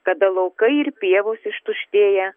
kada laukai ir pievos ištuštėja